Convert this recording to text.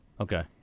Okay